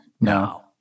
no